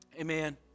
Amen